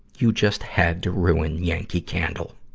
you just had to ruin yankee candle.